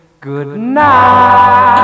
goodnight